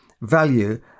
value